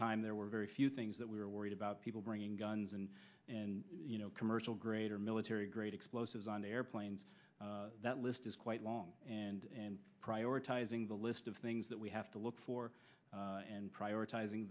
time there were very few things that we were worried about people bringing guns and you know commercial grade or military grade explosives on airplanes that list is quite long and prioritizing the list of things that we have to look for and prioritizing